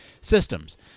systems